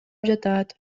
жатат